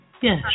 Yes